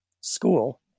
school